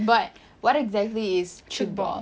but what exactly is tchoukball